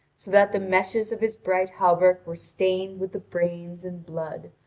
so that the meshes of his bright hauberk were stained with the brains and blood,